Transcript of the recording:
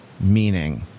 meaning